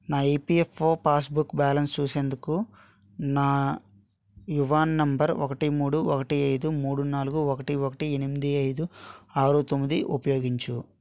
నా EPFO passbook balance చూసేందుకు నా యువాన్ నంబరు ఒకటి మూడు ఒకటి ఐదు మూడు నాలుగు ఒకటి ఒకటి ఎనిమిది ఐదు ఆరు తొమ్మిది ఉపయోగించు